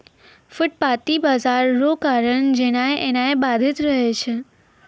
फुटपाटी बाजार रो कारण जेनाय एनाय बाधित रहै छै